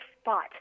spot